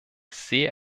sehr